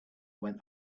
went